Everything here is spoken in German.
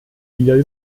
wieder